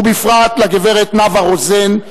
ובפרט לגברת נאוה רוזן,